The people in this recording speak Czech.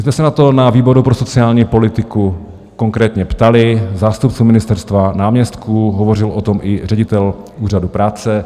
My jsme se na to na výboru pro sociální politiku konkrétně ptali zástupců ministerstva, náměstků, hovořil o tom i ředitel Úřadu práce.